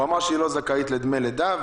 הוא אמר שהיא לא זכאית לדמי לידה,